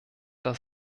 das